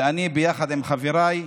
אני ביחד עם חבריי,